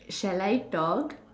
shall I talk